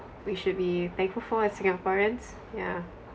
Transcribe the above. we should be thankful for as singaporeans yeah